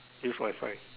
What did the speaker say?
use Wifi